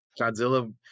Godzilla